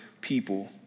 people